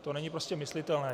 To není prostě myslitelné.